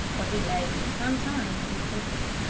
where he lay for some time insensible.